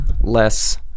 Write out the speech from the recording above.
less